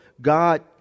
God